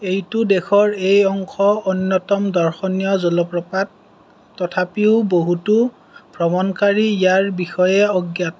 এইটো দেশৰ এই অংশৰ অন্যতম দৰ্শনীয় জলপ্ৰপাত তথাপিও বহুতো ভ্ৰমণকাৰী ইয়াৰ বিষয়ে অজ্ঞাত